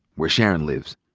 where sharon lives.